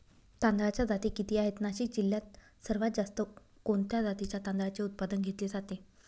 तांदळाच्या जाती किती आहेत, नाशिक जिल्ह्यात सर्वात जास्त कोणत्या जातीच्या तांदळाचे उत्पादन घेतले जाते?